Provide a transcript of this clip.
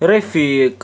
رفیٖق